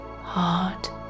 heart